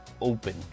open